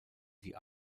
die